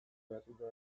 berriro